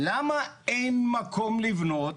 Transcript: למה אין מקום לבנות?